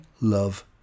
love